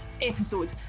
episode